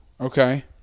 Okay